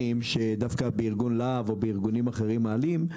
שמעלים בארגון לה"ב או בארגונים אחרים,